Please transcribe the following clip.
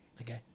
okay